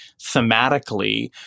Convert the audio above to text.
thematically